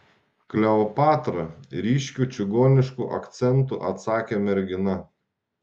kleopatra ryškiu čigonišku akcentu atsakė mergina